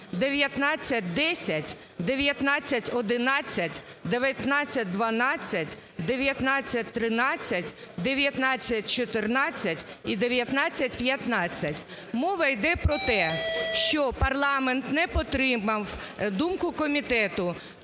1910, 1911, 1912, 1913, 1914 і 1915. Мова йде про те, що парламент не підтримав думку комітету